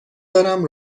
دارم